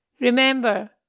Remember